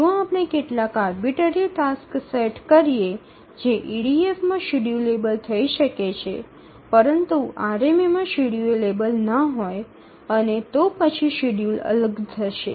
જો આપણે કેટલાક આરબીટરી ટાસ્ક સેટ કરીએ જે ઇડીએફમાં શેડ્યૂલેબલ થઈ શકે પરંતુ આરએમએમાં શેડ્યૂલેબલ ન હોય અને તો પછી શેડ્યૂલ અલગ થશે